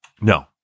No